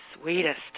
sweetest